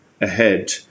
ahead